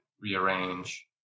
rearrange